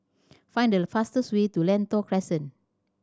find the fastest way to Lentor Crescent